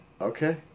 Okay